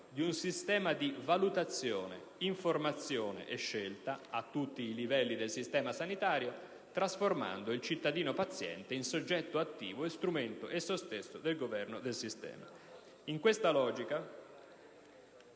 di un sistema di Valutazione-Informazione-Scelta a tutti i livelli del sistema sanitario, trasformando il cittadino-paziente in soggetto attivo e strumento esso stesso di governo del sistema; in questa logica